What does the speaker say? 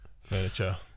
furniture